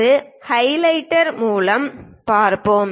ஒரு ஹைலைட்டர் மூலம் பார்ப்போம்